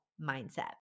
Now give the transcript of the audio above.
mindset